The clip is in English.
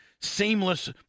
seamless